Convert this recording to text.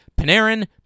Panarin